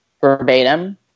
verbatim